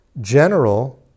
general